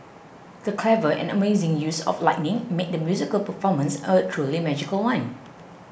the clever and amazing use of lighting made the musical performance a truly magical one